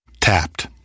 Tapped